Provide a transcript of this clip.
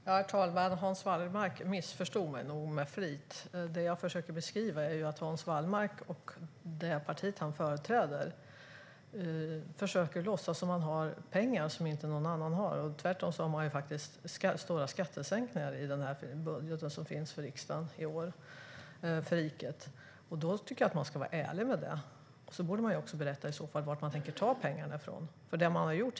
Herr talman! Hans Wallmark missförstod mig nog med flit. Det jag försökte beskriva var att Hans Wallmark och det parti han företräder försöker låtsas som om de har pengar som inte någon annan har. Tvärtom har man stora skattesänkningar i den budget för riket som man lagt fram för riksdagen och som gäller för i år. Då ska man vara ärlig med det och i så fall berätta varifrån man tänker ta pengarna.